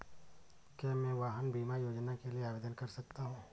क्या मैं वाहन बीमा योजना के लिए आवेदन कर सकता हूँ?